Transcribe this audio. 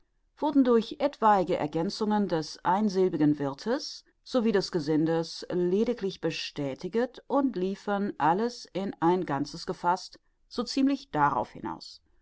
wurden durch etwaige ergänzungen des einsilbigen wirthes so wie des gesindes lediglich bestätiget und liefen alles in ein ganzes gefaßt so ziemlich darauf hinaus